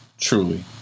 truly